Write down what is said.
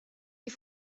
die